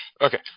Okay